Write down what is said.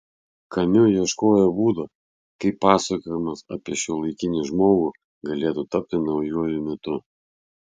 kamiu ieškojo būdo kaip pasakojimas apie šiuolaikinį žmogų galėtų tapti naujuoju mitu